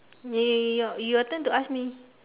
your your turn to ask me